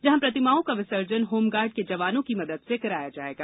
जहा प्रतिमाओं का विसर्जन होमगार्ड के जवानों की मदद से कराया जाएगा